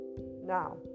Now